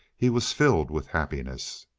he was filled with happiness.